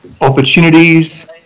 opportunities